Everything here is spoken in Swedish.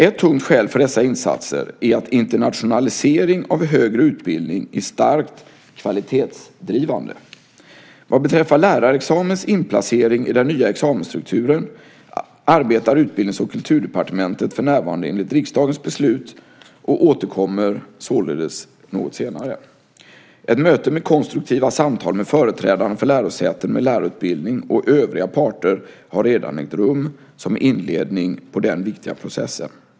Ett tungt skäl för dessa insatser är att internationalisering av högre utbildning är starkt kvalitetsdrivande. Vad beträffar lärarexamens inplacering i den nya examensstrukturen arbetar Utbildnings och kulturdepartementet för närvarande enligt riksdagens beslut och återkommer således något senare. Ett möte med konstruktiva samtal med företrädarna för lärosäten med lärarutbildning och övriga parter har redan ägt rum som en inledning på den processen.